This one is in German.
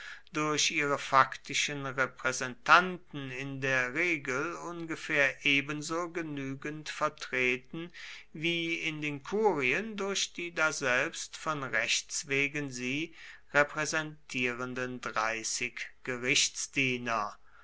durch ihre faktischen repräsentanten in der regel ungefähr ebenso genügend vertreten wie in den kurien durch die daselbst von rechts wegen sie repräsentierenden dreißig